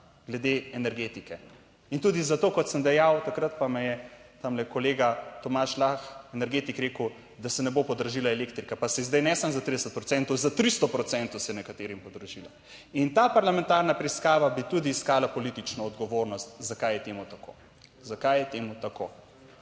glede energetike. In tudi zato, kot sem dejal takrat, pa me je tam kolega Tomaž Lah energetik rekel, da se ne bo podražila elektrika pa se je zdaj ne samo za 30 procentov, za 300 procentov se je nekaterim podražila. In ta parlamentarna preiskava bi tudi iskala politično odgovornost, zakaj je temu tako, zakaj je temu tako?